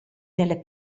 nelle